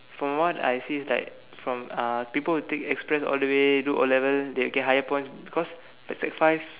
from what I see is like from uh people who take express all the way do O-level they'll get higher points because like sec five